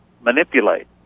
manipulate